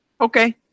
Okay